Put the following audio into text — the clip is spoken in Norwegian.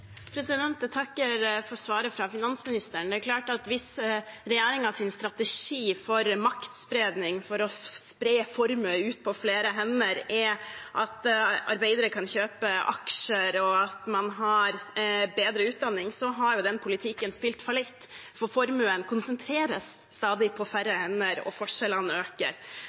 Jeg takker for svaret fra finansministeren. Det er klart at hvis regjeringens strategi for maktspredning, for å spre formue ut på flere hender, er at arbeidere kan kjøpe aksjer, og at man har bedre utdanning, så har den politikken spilt fallitt. For formuen konsentreres på stadig færre hender, og forskjellene øker.